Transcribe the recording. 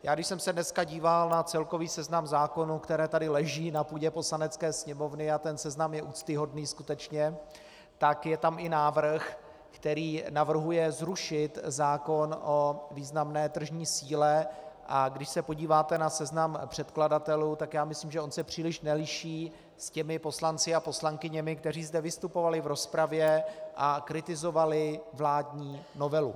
Když jsem se dneska díval na celkový seznam zákonů, které tady leží na půdě Poslanecké sněmovny, a ten seznam je úctyhodný, skutečně, tak je tam i návrh, který navrhuje zrušit zákon o významné tržní síle, a když se podíváte na seznam předkladatelů, tak já myslím, že on se příliš neliší s těmi poslanci a poslankyněmi, kteří zde vystupovali v rozpravě a kritizovali vládní novelu.